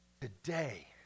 today